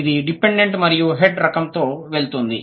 ఇది డిపెండెంట్ మరియు హెడ్ రకంతో వెళుతుంది